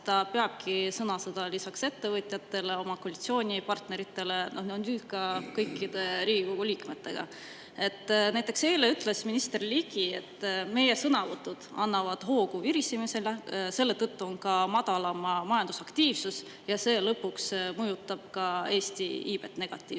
ta peab sõnasõda lisaks ettevõtjatele ja oma koalitsioonipartneritele nüüd ka kõikide Riigikogu liikmetega. Näiteks eile ütles minister Ligi, et meie sõnavõtud annavad hoogu virisemisele, selle tõttu on ka madalam majandusaktiivsus ja see lõpuks mõjutab ka Eesti iivet negatiivselt.